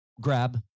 grab